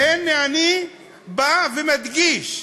והנה אני בא ומדגיש: